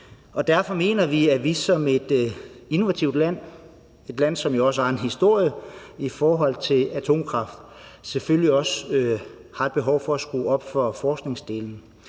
Derfor mener vi, at vi som et innovativt land, et land, som også har en historie i forhold til atomkraft, selvfølgelig også har et behov for at skrue op for forskningsdelen,